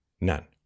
None